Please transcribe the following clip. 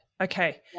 okay